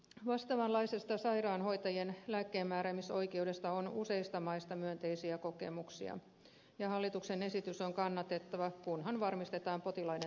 vastaavanlaisesta sai raanhoitajien lääkkeenmääräämisoikeudesta on useista maista myönteisiä kokemuksia ja hallituksen esitys on kannatettava kunhan varmistetaan potilaiden turvallisuus